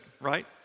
right